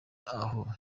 aho